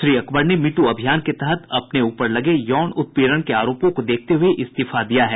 श्री अकबर ने me too अभियान के तहत अपने ऊपर लगे यौन उत्पीड़न के आरोपों को देखते हुए इस्तीफा दिया है